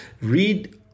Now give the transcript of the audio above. read